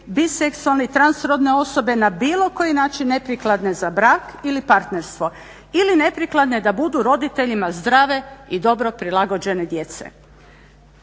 biseksualni trans rodne osobe na bilo koji način neprikladne za brak ili partnerstvo ili neprikladne da budu roditeljima zdrave i dobro prilagođene djece.